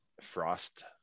frost